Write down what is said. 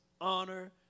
honor